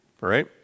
right